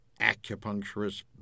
acupuncturist